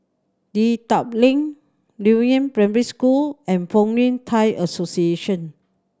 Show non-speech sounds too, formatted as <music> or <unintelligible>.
Dedap Link <unintelligible> Primary School and Fong Yun Thai Association